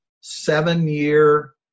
seven-year